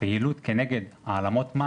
הפעילות כנגד העלמות מס